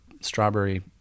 strawberry